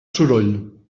soroll